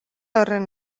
horren